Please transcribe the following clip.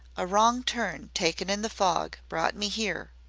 a wrong turn taken in the fog brought me here.